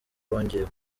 wongeye